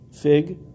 fig